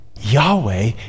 Yahweh